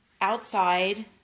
outside